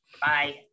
bye